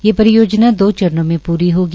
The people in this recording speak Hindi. यह परियोजना दो चरणों में प्री होगी